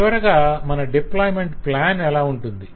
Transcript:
చివరగా మన deployment plan ఏలా ఉంటుంది